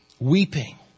weeping